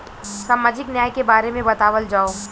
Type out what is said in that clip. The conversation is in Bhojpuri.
सामाजिक न्याय के बारे में बतावल जाव?